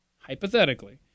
hypothetically